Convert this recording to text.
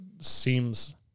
seems